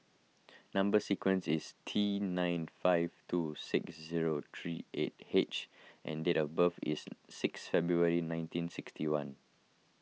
Number Sequence is T nine five two six zero three eight H and date of birth is sixth February nineteen sixty one